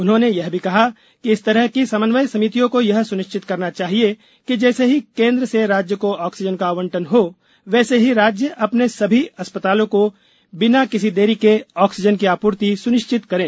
उन्होंने यह भी कहा कि इस तरह की समन्वय समितियों को यह सुनिश्चित करना चाहिए कि जैसे ही केंद्र से राज्य को ऑक्सीजन का आवंटन हो वैसे ही राज्य अपने सभी अस्पतालों को बिना किसी देरी के ऑक्सीजन की आपूर्ति सुनिश्चित करें